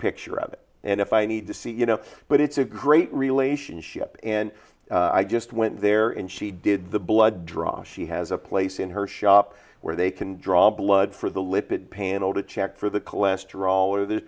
picture of it and if i need to see you know but it's a great relationship and i just went there and she did the blood draw she has a place in her shop where they can draw blood for the lippitt panel to check for the cholesterol or the